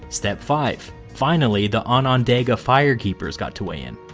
step five finally, the onondaga firekeepers got to weigh in.